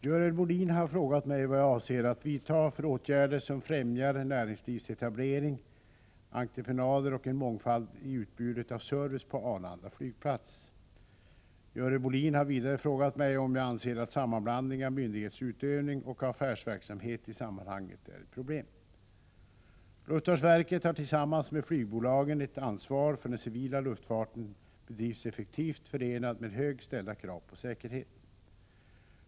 Herr talman! Görel Bohlin har frågat mig vad jag avser att vidta för åtgärder som främjar näringslivsetablering, entreprenader och en mångfald i utbudet av service på Arlanda flygplats. Görel Bohlin har vidare frågat mig om jag anser att sammanblandningen av myndighetsutövning och affärsverksamhet i sammanhanget är ett problem. Luftfartsverket har tillsammans med flygbolagen ett ansvar för att den civila luftfarten bedrivs effektivt förenad med högt ställda krav på säkerhet.